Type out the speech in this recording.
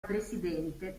presidente